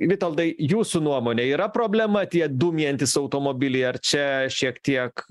vitoldai jūsų nuomone yra problema tie dūmijantys automobiliai ar čia šiek tiek